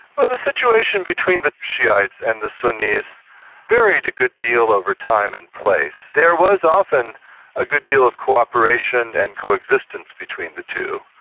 well, the situation between the shiites and the sunnis varied a good deal over time and place. there was often a good deal of co-operation and coexistence between the two.